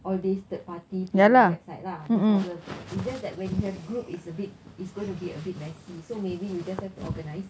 all these third party from the website lah no problem it's just that we can group is a bit is going to be a bit messy so maybe you just have to organise